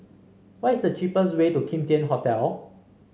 what is the cheapest way to Kim Tian Hotel